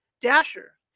Dasher